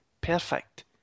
Perfect